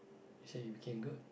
you say you became good